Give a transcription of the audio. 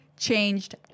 Changed